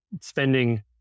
spending